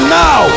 now